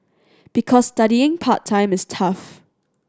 because studying part time is tough